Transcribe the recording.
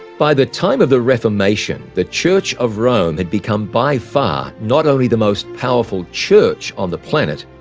by the time of the reformation, the church of rome had become by far not only the most powerful church on the planet,